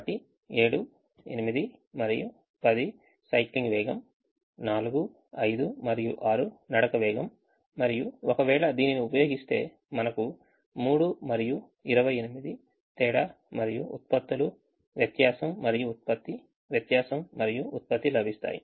కాబట్టి 7 8 మరియు 10 సైక్లింగ్ వేగం 4 5 మరియు 6 నడక వేగం మరియు ఒకవేళ దీనిని ఉపయోగిస్తే మనకు 3 మరియు 28 తేడా మరియు ఉత్పత్తులు వ్యత్యాసం మరియు ఉత్పత్తి వ్యత్యాసం మరియు ఉత్పత్తి లభిస్తాయి